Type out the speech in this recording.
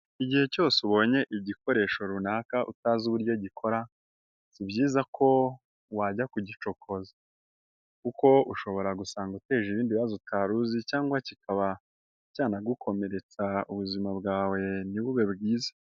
Igihe cyose ubonye igikoresho runaka utazi uburyo gikora, si byiza ko wajya kugicokoza kuko ushobora gusanga uteje ibindi bibazo utari uzi cyangwa kikaba cyanagukomeretsa ubuzima bwawe ntibube bwiza.